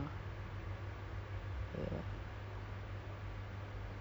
ya then ada juga uh pencuri which is